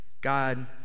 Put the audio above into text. God